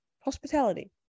hospitality